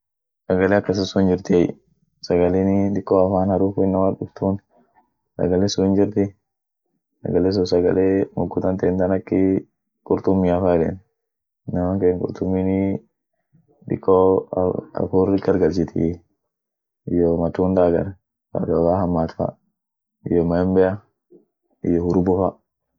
sagale akasi sun hinjirtiey, sagalenii diko afan harufu inamar duftun, sagalen sun hinjirti, sagale sun sagale.